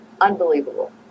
Unbelievable